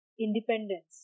independence